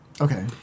Okay